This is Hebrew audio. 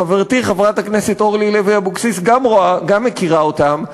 גם חברתי חברת הכנסת אורלי לוי אבקסיס מכירה אותם.